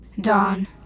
Dawn